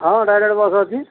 ହଁ direct bus ଅଛି